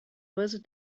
visit